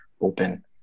open